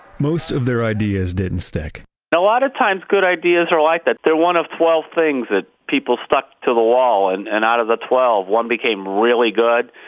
most of their ideas didn't stick a lot of times good ideas are like that. they're one of twelve things that people stuck to the wall and and out of the twelve one became really good,